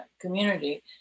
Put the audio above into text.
community